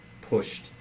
pushed